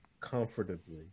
comfortably